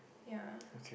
ya